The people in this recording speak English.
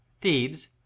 Thebes